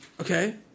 Okay